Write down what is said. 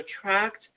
attract